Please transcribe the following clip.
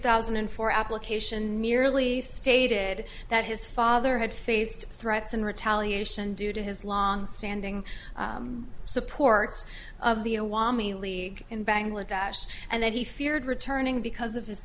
thousand and four application merely stated that his father had faced threats and retaliation due to his longstanding supports of the awami league in bangladesh and that he feared returning because of his